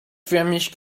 förmig